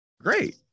Great